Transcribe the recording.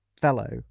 fellow